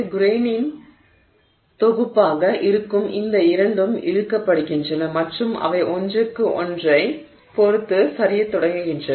கிரெய்களின் தொகுப்பாக இருக்கும் இந்த இரண்டும் இழுக்கப்படுகின்றன மற்றும் அவை ஒன்றிற்கு ஒன்றைப் பொறுத்து சரியத் தொடங்குகின்றன